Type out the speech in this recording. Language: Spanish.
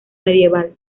medieval